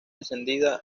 encendida